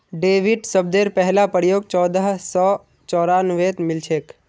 debit शब्देर पहला प्रयोग चोदह सौ चौरानवेत मिलछेक